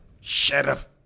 Sheriff